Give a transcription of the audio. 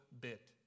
bit